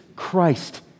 Christ